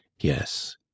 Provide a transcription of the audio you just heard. yes